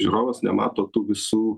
žiūrovas nemato tų visų